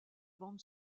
bande